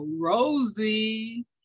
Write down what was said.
Rosie